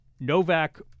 Novak